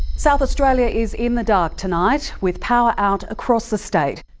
south australia is in the dark tonight with power out across the state.